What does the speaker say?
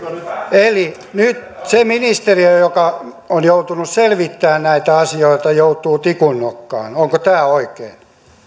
eli nyt se ministeri joka on joutunut selvittämään näitä asioita joutuu tikun nokkaan onko tämä oikein